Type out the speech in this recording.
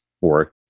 work